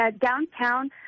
downtown